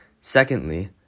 Secondly